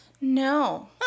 No